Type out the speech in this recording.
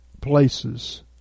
places